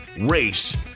race